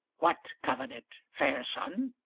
what covenant, fair son?